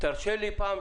תודה.